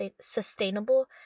sustainable